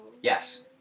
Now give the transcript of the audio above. yes